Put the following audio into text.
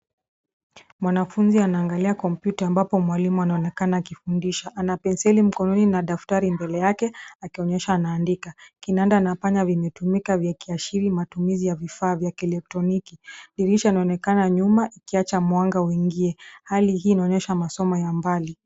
Mwanafunzi anaangalia kompyuta ambapo mwalimu anaonekana akifundisha. Ana penseli mkononi na daftari mbele yake, akionyesha anaandika. Kinanda na panya vimetumika vikiashiri matumizi ya vifaa vya kielektroniki. Dirisha inaonekana nyuma ikiacha mwanga uingine. Hali hii inaonyesha masomo ya mbali.